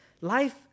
Life